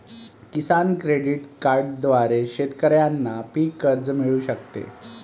किसान credit कार्डद्वारे शेतकऱ्यांना पीक कर्ज मिळू शकते